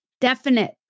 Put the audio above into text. definite